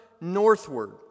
northward